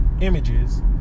images